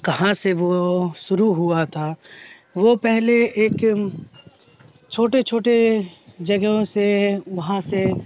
کہاں سے وہ شروع ہوا تھا وہ پہلے ایک چھوٹے چھوٹے جگہوں سے وہاں سے